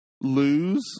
lose